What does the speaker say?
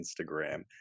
Instagram